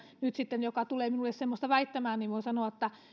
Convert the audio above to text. nyt sitten joka tulee minulle semmoista väittämään niin voin sanoa että